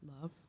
Love